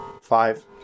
Five